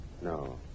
No